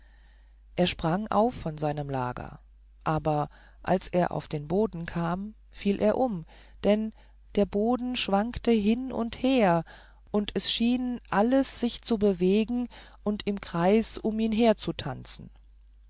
er sprang auf von seinem lager aber als er auf den boden kam fiel er um denn der boden schwankte hin und wider und es schien alles sich zu bewegen und im kreis um ihn her zu tanzen